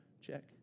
Check